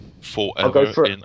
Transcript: Forever